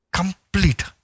complete